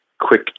quick